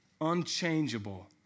unchangeable